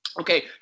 Okay